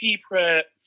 prep